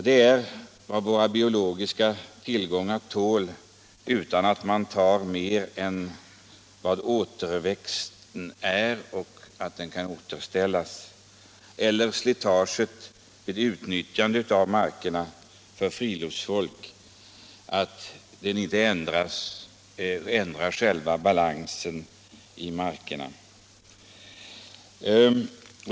Det är vad våra biologiska tillgångar tål utan att vi tar ut mer än vad återväxten medger för att balansen skall kunna upprätthållas, att slitaget vid utnyttjandet av markerna för friluftsliv inte heller ändrar själva balansen i markerna.